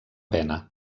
pena